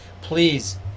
Please